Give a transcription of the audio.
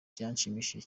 byanshimishije